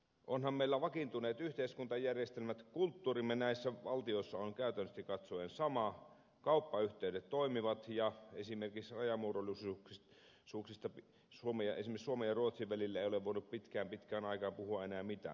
onhan meillä vakiintuneet yhteiskuntajärjestelmät kulttuurimme näissä valtioissa on käytännöllisesti katsoen sama kauppayh teydet toimivat ja rajamuodollisuuksista esimerkiksi suomen ja ruotsin välillä ei ole voinut pitkään pitkään aikaan puhua enää mitään